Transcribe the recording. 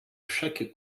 chaque